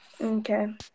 Okay